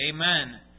Amen